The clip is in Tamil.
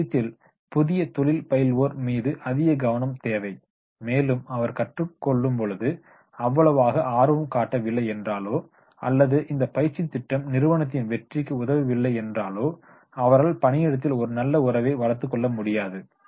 இந்த விஷயத்தில் புதிய தொழில் பயில்வோர் மீது அதிக கவனம் தேவை மேலும் அவர் கற்றுக் கொள்ளும் பொழுது அவ்வளவாக ஆர்வம் காட்டவில்லை என்றாலோ அல்லது இந்தப் பயிற்சித் திட்டம் நிறுவனத்தின் வெற்றிக்கு உதவவில்லை என்றாலோ அவரால் பணியிடத்தில் ஒரு நல்ல உறவை வளர்த்துக்கொள்ள முடியாது